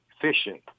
fishing